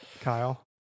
Kyle